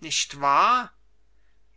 nicht wahr